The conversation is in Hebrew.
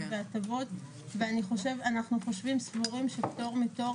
בהטבות ואנחנו חושבים וסבורים שפטור מתור